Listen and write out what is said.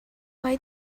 why